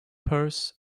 purse